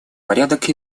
порядок